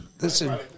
Listen